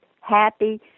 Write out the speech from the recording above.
happy